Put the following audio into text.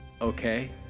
okay